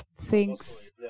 thinks